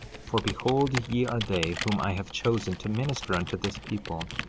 for behold, ye are they whom i have chosen to minister unto this people.